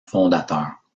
fondateur